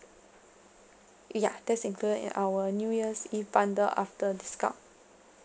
ya that's included in our new year's eve bundle after discount